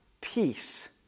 peace